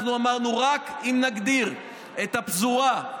אנחנו אמרנו: רק אם נגדיר את הפזורה,